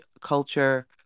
culture